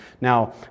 Now